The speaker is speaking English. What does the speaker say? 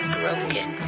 broken